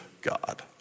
God